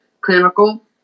clinical